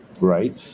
right